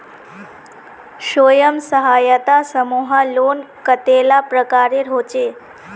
स्वयं सहायता समूह लोन कतेला प्रकारेर होचे?